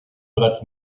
bereits